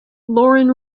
lauren